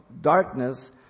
darkness